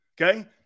Okay